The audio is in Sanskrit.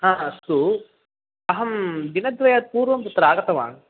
हा अस्तु अहं दिनद्वयात् पूर्वं तत्र आगतवान्